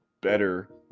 better